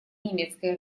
немецкой